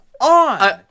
on